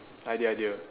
idea idea